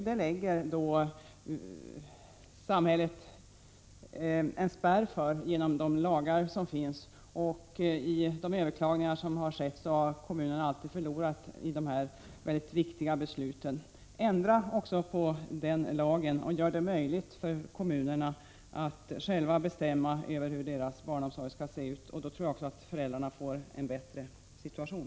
Det lägger samhället en spärr för genom de lagar som finns på detta område. I de fall där överklaganden skett har kommunen alltid förlorat i dessa mycket viktiga ärenden. Ändra på den lagstiftningen och gör det möjligt för kommunerna att själva bestämma över hur deras barnomsorg skall se ut — då tror jag också att föräldrarna får en bättre situation.